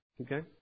okay